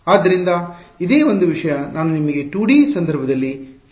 ಆದ್ದರಿಂದ ಇದೆ ಒಂದು ವಿಷಯ ನಾನು ನಿಮಗೆ 2 ಡಿ ಸಂದರ್ಭದಲ್ಲಿ ಹೇಳಲು ಬಯಸಿದ್ದು